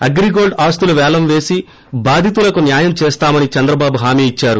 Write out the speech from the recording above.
అగ్రిగోల్డ్ ఆస్తులు వేలం వేసి బాధితులకు న్నాయం చేస్తామని చంద్రబాబు హామీ ఇచ్చారు